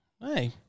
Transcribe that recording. hey